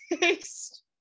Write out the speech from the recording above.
next